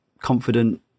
confident